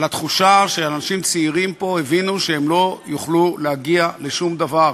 על התחושה שאנשים צעירים פה הבינו שהם לא יוכלו להגיע לשום דבר,